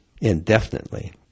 indefinitely